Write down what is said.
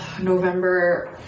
November